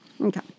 Okay